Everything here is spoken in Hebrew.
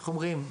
איך אומרים,